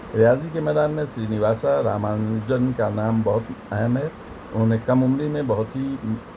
ریاضی کے میدان میں سری نواسا رامانجن کا نام بہت اہم ہے انہوں نے کم عمری میں بہت ہی